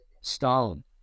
Stalin